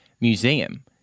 museum